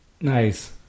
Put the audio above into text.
Nice